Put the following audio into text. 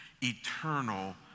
eternal